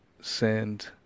send